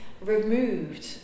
removed